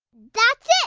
that's it.